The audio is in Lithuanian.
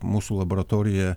mūsų laboratorija